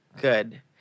good